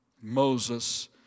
Moses